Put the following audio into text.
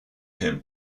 him